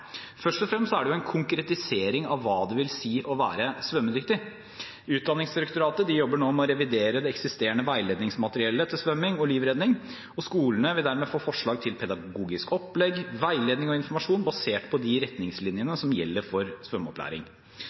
svømmedyktig. Utdanningsdirektoratet jobber nå med å revidere det eksisterende veiledningsmateriellet til svømming og livredning. Skolene vil dermed få forslag til pedagogisk opplegg, veiledning og informasjon basert på de retningslinjene som gjelder for svømmeopplæring.